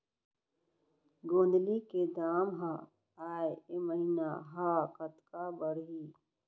गोंदली के दाम ह ऐ महीना ह कतका बढ़ही?